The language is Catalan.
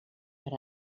per